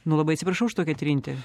nu labai atsiprašau už tokią trintį